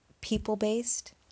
people-based